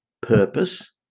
purpose